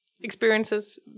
Experiences